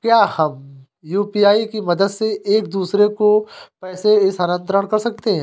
क्या हम यू.पी.आई की मदद से एक दूसरे को पैसे स्थानांतरण कर सकते हैं?